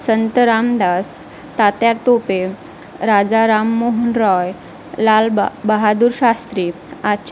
संत रामदास तात्या टोपे राजा राममोहन रॉय लाल बा बहादूर शास्त्री आच